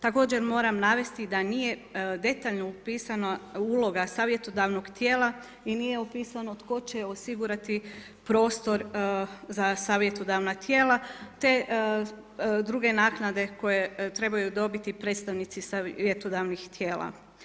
Također moram navesti da nije detaljno opisana uloga savjetodavnog tijela i nije opisano tko će osigurati prostor za savjetodavna tijela te druge naknade koje trebaju dobiti predstavnici savjetodavnih tijela.